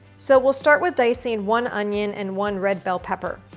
so we'll start with dicing one onion and one red bell pepper.